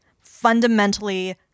fundamentally